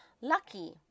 Lucky